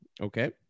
Okay